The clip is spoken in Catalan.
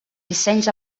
dissenys